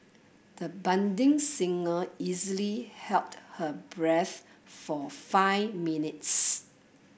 the budding singer easily held her breath for five minutes